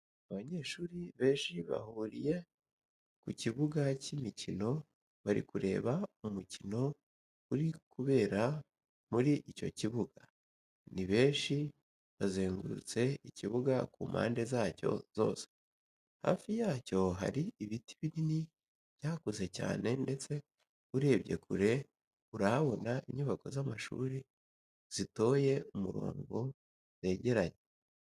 Abanyeshuri benshi bahuriye ku kibuga cy'imikino bari kureba umukino uri kubera muri icyo kibuga, ni benshi bazengurutse ikibuga ku mpande zacyo zose, hafi yacyo hari ibiti binini byakuze cyane ndetse urebye kure urahabona inyubako z'amashuri zitoye umurongo zegeranye.